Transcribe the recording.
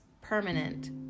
permanent